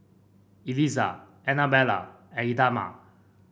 Elizah Annabella and Idamae